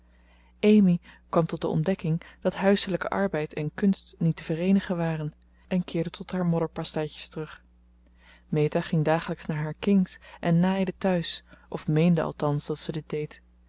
amy kwam tot de ontdekking dat huiselijke arbeid en kunst niet te vereenigen waren en keerde tot haar modderpasteitjes terug meta ging dagelijks naar haar kings en naaide thuis of meende althans dat ze dit deed